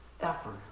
effort